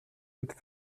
cette